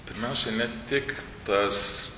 pirmiausia ne tik tas